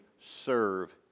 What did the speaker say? serve